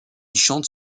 chante